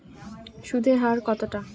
সুদের হার কতটা?